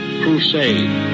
crusade